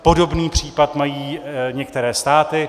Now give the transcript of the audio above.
Podobný případ mají některé státy.